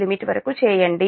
limit వరకు చేయండి